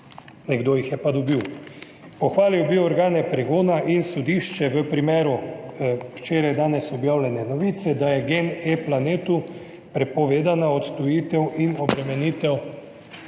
Nekdo jih je pa dobil. Pohvalil bi organe pregona in sodišče v primeru včeraj danes objavljene novice, da je GenePlanetu prepovedana odtujitev in obremenitev